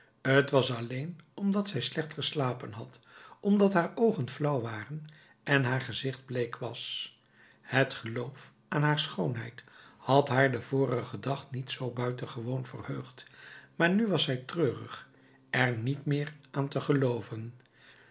t was alleen omdat zij slecht geslapen had omdat haar oogen flauw waren en haar gezicht bleek was het geloof aan haar schoonheid had haar den vorigen dag niet zoo buitengewoon verheugd maar nu was zij treurig er niet meer aan te gelooven